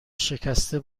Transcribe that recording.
شکسته